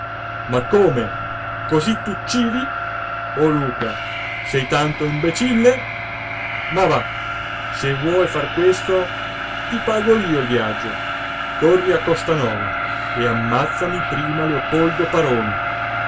ma come cosí t'uccidi oh luca sei tanto imbecille ma va se vuoi far questo ti pago io il viaggio corri a costanova e ammazzami prima leopoldo paroni